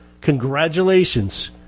Congratulations